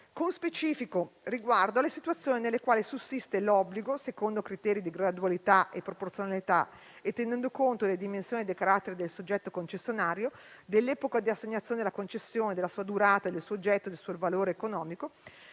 con specifico riguardo alle situazioni nelle quali sussiste l'obbligo, secondo criteri di gradualità e proporzionalità, e tenendo conto delle dimensioni, dei caratteri del soggetto concessionario, dell'epoca di assegnazione della concessione, della sua durata, dell'oggetto e del suo valore economico,